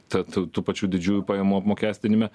ta tų tų pačių didžiųjų pajamų apmokestinime